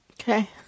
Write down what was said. Okay